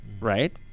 right